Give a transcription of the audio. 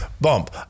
bump